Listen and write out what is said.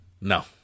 No